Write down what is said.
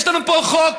יש לנו פה חוק,